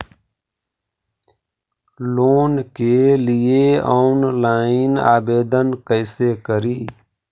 Loan के लिये online आवेदन कैसे करि?